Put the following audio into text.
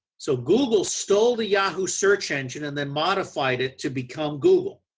so google stole the yahoo search engine and then modified it to become google.